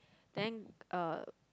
then uh